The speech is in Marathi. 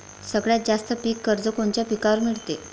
सगळ्यात जास्त पीक कर्ज कोनच्या पिकावर मिळते?